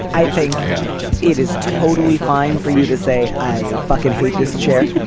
i think it is totally fine for you to say i fucking hate this chair.